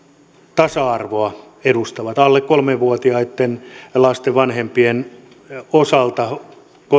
tasa arvoa edistävät alle kolme vuotiaitten lasten vanhempien osalta